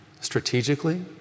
strategically